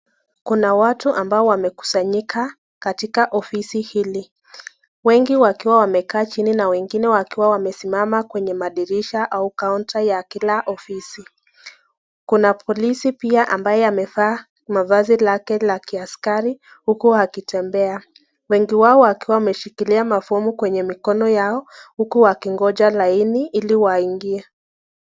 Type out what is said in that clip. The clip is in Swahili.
Kuna watu ambao wamekusanyika katika ofisi hili. Wengi wakiwa wamekaa chini na wengine wakiwa wamesimama kwenye madirisha au kaunta ya kila ofisi. Kuna polisi pia ambaye amevaa mavazi lake la kiaskari huku akitembea. Wengi wao wakiwa wameshikilia mafomu wakingonja laini ili waingie.